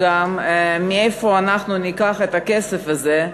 מאיפה ניקח את הכסף הזה,